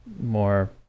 more